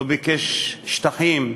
לא ביקש שטחים,